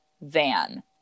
van